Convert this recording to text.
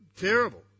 terrible